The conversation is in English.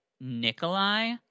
Nikolai